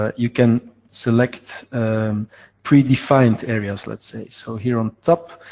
ah you can select predefined areas, let's say. so, here on top,